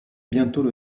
bientôt